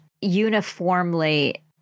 uniformly